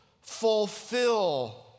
fulfill